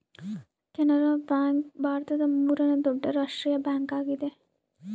Canara bank ಭಾರತದ ಮೂರನೇ ದೊಡ್ಡ ರಾಷ್ಟ್ರೀಯ ಬ್ಯಾಂಕ್ ಆಗಿದೆ